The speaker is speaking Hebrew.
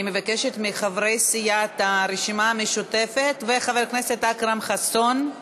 מבקשת מחברי סיעת הרשימה המשותפת וחבר הכנסת אכרם חסון,